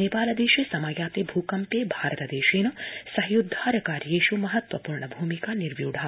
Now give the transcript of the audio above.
नेपालदेशे समायाते भूकंपे भारतेन साहाय्योद्वार कार्येष् महत्तवपूर्ण भूमिका निर्व्य्यढ़ा